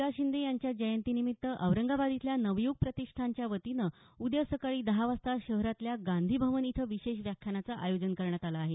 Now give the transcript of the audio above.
रा शिंदे यांच्या जयंतीनिमित्त औरंगाबाद इथल्या नवय्ग प्रतिष्ठानच्या वतीनं उद्या सकाळी दहा वाजता शहरातल्या गांधी भवन इथं विशेष व्याख्यानाचं आयोजन करण्यात आलं आहे